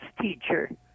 teacher